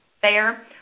fair